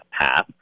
path